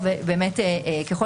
ככל